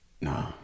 No